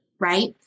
right